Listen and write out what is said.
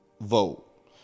vote